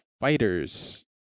Fighters